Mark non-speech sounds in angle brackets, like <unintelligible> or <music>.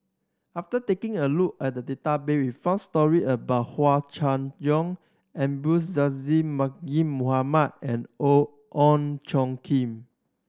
after taking a look at database we found story about Hua Chai Yong Abdul Aziz <unintelligible> Mohamed and O Ong <unintelligible> Kim